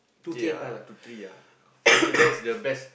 okay ah two three ah for me that's the best